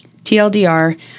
TLDR